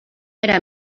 era